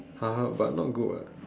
!huh! but not good what